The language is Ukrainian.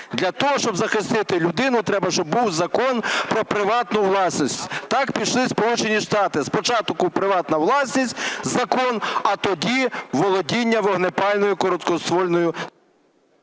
Для того, щоб захистити людину, треба щоб був закон про приватну власність. Так пішли Сполучені Штати: спочатку приватна власність, закон, а тоді володіння вогнепальною короткоствольною…